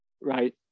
right